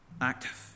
active